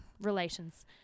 relations